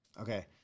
Okay